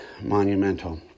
monumental